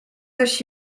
zaś